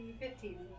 Fifteen